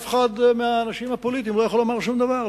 ואף אחד מהאנשים הפוליטיים לא יכול לומר שום דבר.